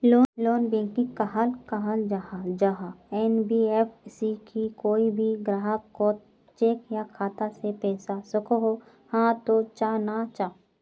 Non banking कहाक कहाल जाहा जाहा एन.बी.एफ.सी की कोई भी ग्राहक कोत चेक या खाता से पैसा सकोहो, हाँ तो चाँ ना चाँ?